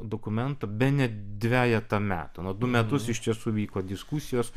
dokumento bene dvejetą metų nu du metus iš tiesų vyko diskusijos